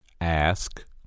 Ask